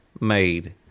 made